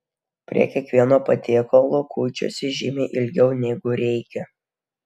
prie kiekvieno patiekalo kuičiuosi žymiai ilgiau negu reikia